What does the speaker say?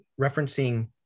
referencing